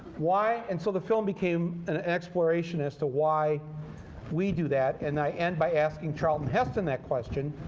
why? and so the film became an exploration as to why we do that, and i end by asking charlton heston that question,